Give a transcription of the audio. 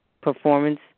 performance